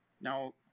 Now